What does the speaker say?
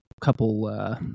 couple